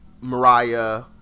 mariah